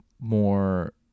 more